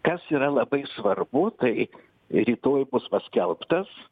kas yra labai svarbu tai rytoj bus paskelbtas